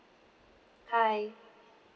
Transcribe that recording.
hi